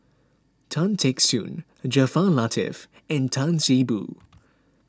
Tan Teck Soon Jaafar Latiff and Tan See Boo